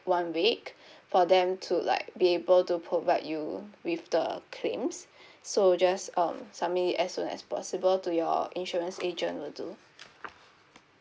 one week for them to like be able to provide you with the claims so just um submit it as soon as possible to your insurance agent will do